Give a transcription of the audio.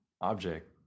Object